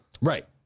right